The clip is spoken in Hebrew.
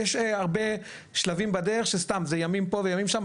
יש הרבה שלבים בדרך שסתם זה ימים פה וימים שם,